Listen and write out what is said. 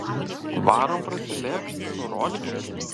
varom prasilėkt su rolikais